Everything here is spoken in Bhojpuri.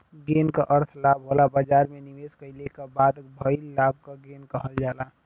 गेन क अर्थ लाभ होला बाजार में निवेश कइले क बाद भइल लाभ क गेन कहल जाला